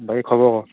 বাকী খবৰ ক